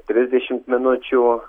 trisdešimt minučių